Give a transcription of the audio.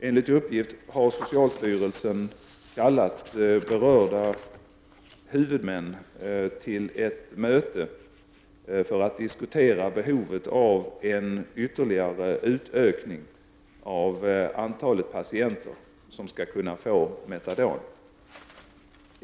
Enligt uppgift har socialstyrelsen kallat berörda huvudmän till ett möte för att diskutera behovet av en ytterligare utökning av antalet patienter som skall kunna få metadon.